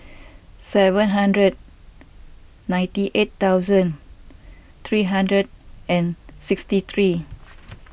seven hundred ninety eight thousand three hundred and sixty three